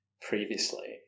previously